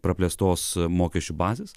praplėstos mokesčių bazės